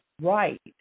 right